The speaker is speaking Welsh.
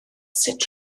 sut